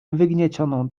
wygniecioną